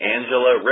Angela